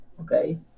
Okay